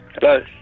Hello